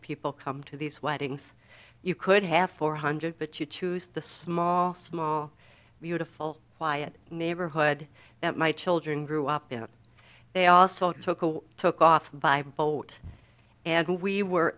people come to these weddings you could have four hundred but you choose the small small beautiful quiet neighborhood that my children grew up you know they also took away took off by boat and we were